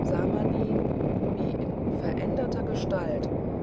sah man ihn wie in veränderter gestalt